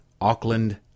Auckland